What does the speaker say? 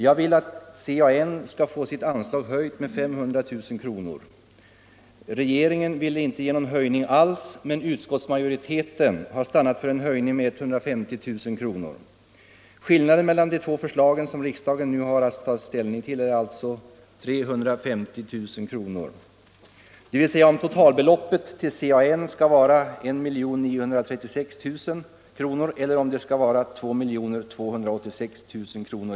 Jag vill att CAN skall få sitt anslag höjt med 500 000 kr. Regeringen ville inte ge någon höjning alls, men utskottsmajoriteten har stannat för en höjning med 150 000 kr. Skillnaden mellan de två förslag som riksdagen nu har att ta ställning till är alltså 350 000 kr., dvs. frågan är om totalbeloppet till CAN skall vara 1 936 000 kr. eller om det skall vara 2286 000 kr.